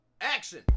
Action